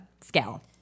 scale